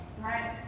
right